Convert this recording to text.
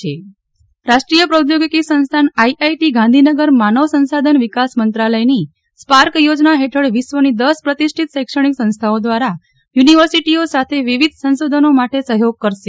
નેહ્લ ઠક્કર માઈઆઈટી ગાંધીનગર સ્પાર્ક યે રાષ્ટ્રીય પ્રૌદ્યોગિકી સંસ્થાન આઈઆઈટી ગાંધીનગર માનવ સંસાધન વિકાસ મંત્રાલયની સ્પાર્ક યોજના હેઠળ વિશ્વની દસ પ્રતિષ્ઠિત શૈક્ષણિક સંસ્થાઓ દ્વારા યુનિવર્સિટીઓ સાથે વિવિધ સંશોધનો માટે સહયોગ કરશે